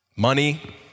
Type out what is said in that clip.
Money